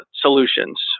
solutions